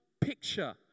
picture